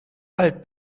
alt